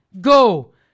go